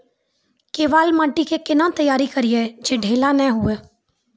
केवाल माटी के कैना तैयारी करिए जे ढेला नैय हुए?